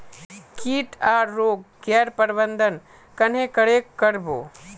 किट आर रोग गैर प्रबंधन कन्हे करे कर बो?